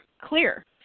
clear